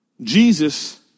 Jesus